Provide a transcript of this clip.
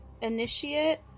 initiate